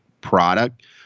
product